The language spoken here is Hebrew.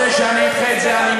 שהממשלה לא, בעניין הזה?